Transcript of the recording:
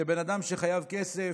שבן אדם שחייב כסף,